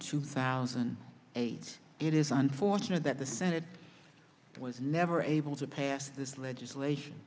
two thousand and eight it is unfortunate that the senate was never able to pass this legislation